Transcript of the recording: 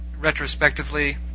retrospectively